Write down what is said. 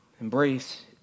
embrace